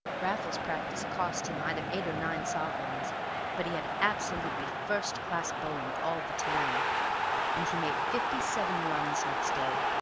raffles's practice cost him either eight or nine sovereigns but he had absolutely first-class bowling all the time and he made fifty-seven runs next day.